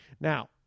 Now